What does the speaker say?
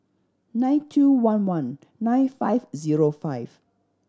nine two one one nine five zero five